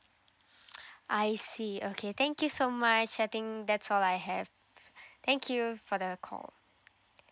I see okay thank you so much I think that's all I have thank you for the call